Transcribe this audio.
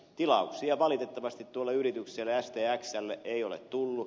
tilauksia valitettavasti tuolle yritykselle stxlle ei ole tullut